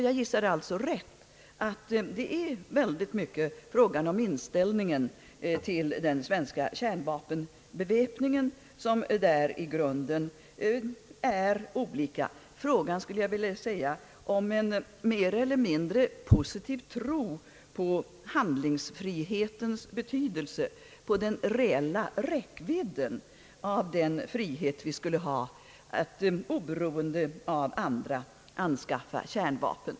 Jag gissade alltså rätt när jag antog att det i stor utsträckning är frågan om inställningen till den svenska kärnvapenbeväpningen som i grunden är olika, frågan, skulle jag vilja säga, om en mer eller mindre positiv tro på handlingsfrihetens betydelse, eller på den reella räckvidden av den frihet vi skulle ha att anskaffa kärnvapen oberoende av andra.